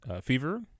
fever